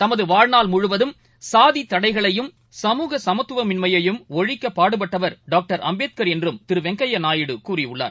தமதுவாழ்நாள் முழுவதும் சாதிதடைகளையும் சமூக சமத்துவமின்மையயும் ஒழிக்கபாடுபட்டவர் டாக்டர் அம்பேத்கர் என்றும் திருவெங்கையாநாயுடு கூறியுள்ளார்